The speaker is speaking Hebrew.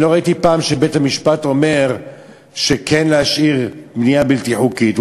אני לא ראיתי פעם שבית-המשפט אומר כן להשאיר בנייה בלתי חוקית.